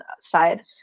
side